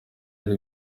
ari